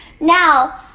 now